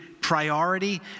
priority